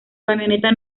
camioneta